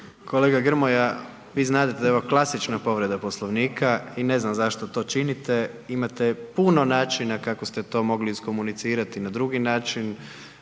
Kolega Grmoja vi znadete da je ovo klasična povreda Poslovnika i ne znam zašto to činite, imate puno načina kako ste to mogli iskomunicirati na drugi način,